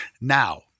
Now